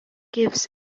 gives